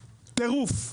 טירוף.